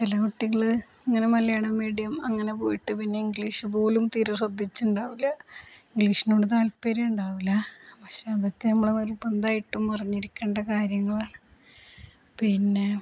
ചില കുട്ടികള് ഇങ്ങനെ മലയാള മീഡിയം അങ്ങനെ പോയിട്ട് പിന്നെ ഇംഗ്ലീഷ് പോലും തീരെ ശ്രദ്ധിച്ചിട്ടുണ്ടാവില്ല ഇംഗ്ലീഷിനോട് താല്പര്യം ഉണ്ടാവില്ല പക്ഷെ അതൊക്കെ നമ്മള് നിര്ബന്ധമായിട്ടും അറിഞ്ഞിരിക്കേണ്ട കാര്യങ്ങളാണ് പിന്നെ